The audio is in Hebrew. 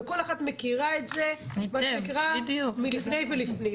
וכל אחת מכירה את זה מלפני ולפנים,